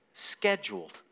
Scheduled